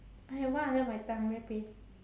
I got one under my tongue very pain